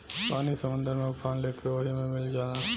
पानी समुंदर में उफान लेके ओहि मे मिल जाला